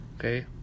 okay